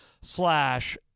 slash